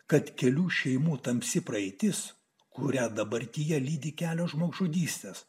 kad kelių šeimų tamsi praeitis kurią dabartyje lydi kelios žmogžudystės